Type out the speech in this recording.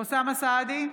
אוסאמה סעדי,